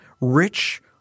rich